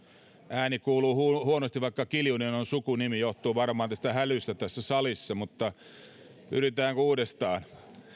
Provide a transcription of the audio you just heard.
ääni kuuluu huonosti vaikka kiljunen on sukunimi johtuu varmaan hälystä tässä salissa mutta yritetäänkö uudestaan